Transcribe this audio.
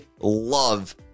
love